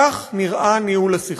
כך נראה ניהול הסכסוך.